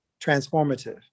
transformative